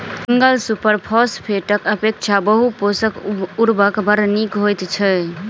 single super फौसफेटक अपेक्षा बहु पोषक उर्वरक बड़ नीक होइत छै